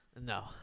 No